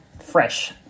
fresh